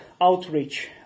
outreach